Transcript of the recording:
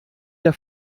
der